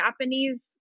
Japanese